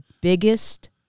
biggest